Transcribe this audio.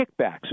kickbacks